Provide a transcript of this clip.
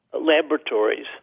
laboratories